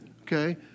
Okay